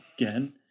again